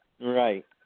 Right